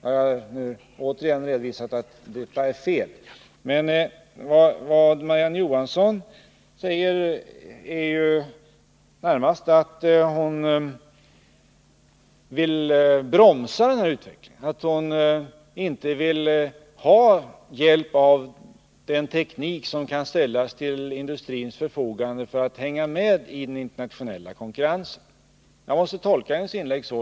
Jag har nu återigen redovisat att detta påstående är felaktigt. Vad Marie-Ann Johansson säger är ju närmast att hon vill bromsa den här utvecklingen, att hon inte vill ha hjälp av den teknik som kan ställas till industrins förfogande för att denna skall kunna hänga med i den internationella konkurrensen — jag måste i varje fall tolka hennes inlägg så.